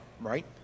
right